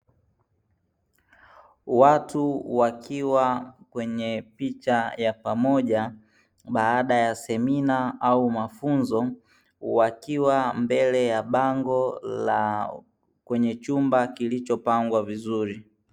Watu wakiwa kwenye picha ya pamoja baada ya semina au mafunzo, wakiwa mbele ya bango la kwenye chumba kilichopangwa vizuri.